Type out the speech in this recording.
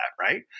right